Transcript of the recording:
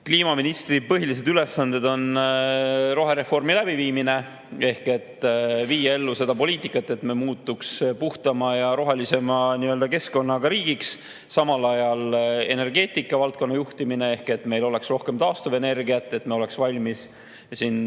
Kliimaministri põhiline ülesanne on rohereformi läbiviimine. Tuleb ellu viia sellist poliitikat, et me muutuks puhtama ja rohelisema keskkonnaga riigiks. Samal ajal on energeetikavaldkonna juhtimine, et meil oleks rohkem taastuvenergiat, et me oleks valmis.